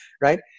right